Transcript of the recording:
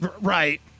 Right